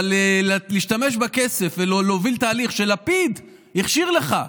אבל להשתמש בכסף ולהוביל תהליך שלפיד הכשיר לך,